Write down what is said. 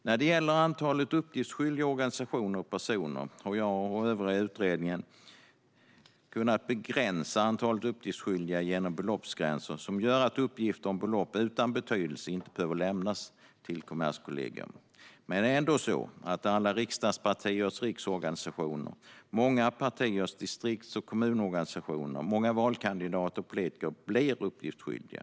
När det gäller antalet uppgiftsskyldiga organisationer och personer har jag och övriga i utredningen kunnat begränsa antalet uppgiftsskyldiga genom beloppsgränser som gör att uppgifter om belopp utan betydelse inte behöver lämnas till Kommerskollegium. Alla riksdagspartiers riksorganisationer, många partiers distrikts och kommunorganisationer samt många valkandidater och politiker blir dock ändå uppgiftsskyldiga.